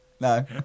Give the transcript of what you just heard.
no